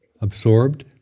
absorbed